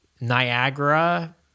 Niagara